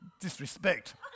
disrespect